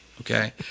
Okay